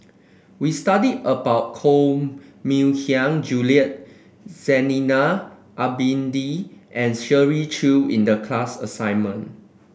we studied about Koh Mui Hiang Julie Zainal Abidin and Shirley Chew in the class assignment